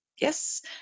Yes